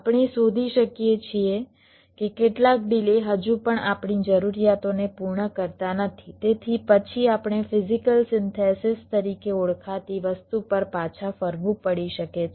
આપણે શોધી શકીએ છીએ કે કેટલાક ડિલે હજુ પણ આપણી જરૂરિયાતોને પૂર્ણ કરતા નથી તેથી પછી આપણે ફિઝિકલ સિન્થેસિસ તરીકે ઓળખાતી વસ્તુ પર પાછા ફરવું પડી શકે છે